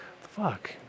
fuck